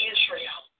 Israel